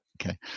Okay